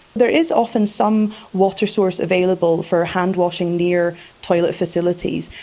there is often some water source available for hand washing near toilet facilities,